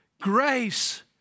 Grace